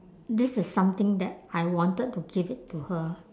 this is something that I wanted to give it to her